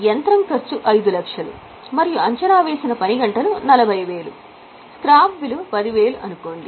యంత్రం ఖర్చు 5 లక్షలు మరియు అంచనా వేసిన పని గంటలు 40000 స్క్రాప్ విలువ 10000 అనుకోండి